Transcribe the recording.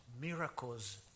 miracles